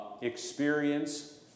Experience